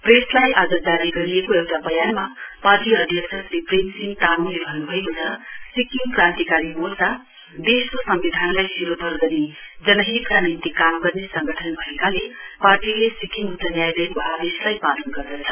प्रेसलाई आज जारी गरिएको एउटा वयानमा पार्टी अध्यक्ष श्री प्रेमसिंह तामङले भन्नुभएको छ सिक्किम क्रान्तिकारी मोर्चा देशको सम्विधानलाई शिरोपर गरी जनहितका निम्ति काम गर्ने संगठन भएकोले पार्टीले सिक्किम उच्च न्यायालयको आदेशलाई पालन गर्दछ